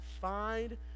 find